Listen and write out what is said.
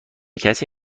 کسی